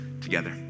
together